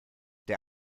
der